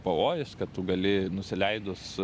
pavojus kad tu gali nusileidus